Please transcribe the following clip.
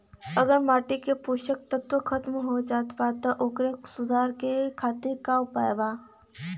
अगर माटी के पोषक तत्व खत्म हो जात बा त ओकरे सुधार के लिए का उपाय बा?